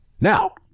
Now